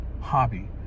hobby